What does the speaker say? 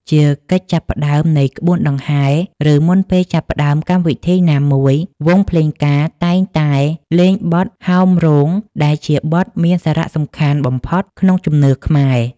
ជាកិច្ចចាប់ផ្ដើមនៃក្បួនដង្ហែ ឬមុនពេលចាប់ផ្តើមកម្មវិធីណាមួយ វង់ភ្លេងការតែងតែលេងបទ ហោមរោង ដែលជាបទមានសារៈសំខាន់បំផុតក្នុងជំនឿខ្មែរ។